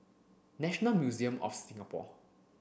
National Museum of Singapore